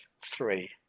Three